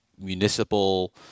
municipal